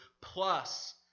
plus